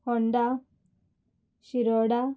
Honda Shiroda